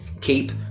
keep